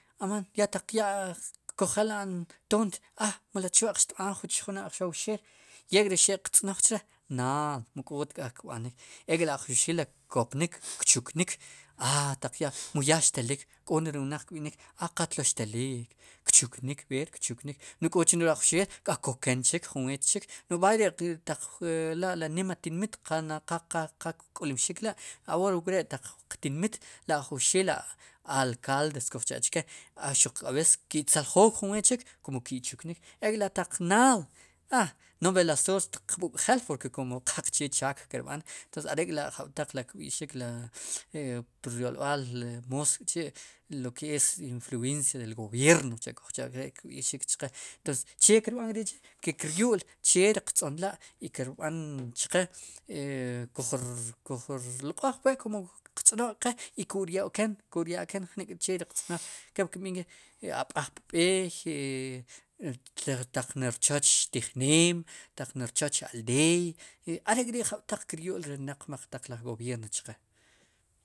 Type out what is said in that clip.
Aman ya taq kujela'n toont mele chwa'q xtb'an chjun ajowxeel ek'ri he'qrz'noj chee naad mi k'tk'a kb'nik ek'li ajowxeel ri kopnik kchuknik a mu yaa xtelik k'onere wnaq kb'inik qatlo xtelik kchuknik, b'eer kchuknik no'j k'ochnelo ajoexeel k'a koken jun weet chik no'j b'aay ri' ri nima tinmit qal qa qa qa kk'ulmxik la' ahora wre' taq qtinmit la ajowxeel ri alkalde kujcha'chke k'b'ees ki'tzaljook jun weet chik kum ki' chuknik o taq naad o no'j b'alasoor xtiq b'ukjeel kum qaqchee chaak kirb'an entonces are'k'la jab'taq kb'i'xik apir yolb'al moos k'chi' lo ke es influencia del gobierno cha' sicha'ikb'i'xik xhqe entonces che kirb'an k'ri'chi kiryu'l chee riq tz'nla' y kirb'an chqe kuj kuj rlq'oj pue kum qtz'noj k'qe ku'rya'ken ku'ryaken che riq tz'noj kepli kinb'iij nk'i ab'aj pu b'eey chij taq nirchooch tijneem taq ni rchooch aldeey yiy are'k'ri' jab'taq kiryu'l ri nmaq taq laj gobierno chqe.